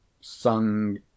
sung